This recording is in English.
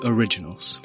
Originals